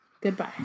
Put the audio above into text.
Goodbye